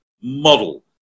model